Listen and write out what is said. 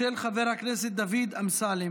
של חבר הכנסת דוד אמסלם.